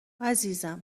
عزیزم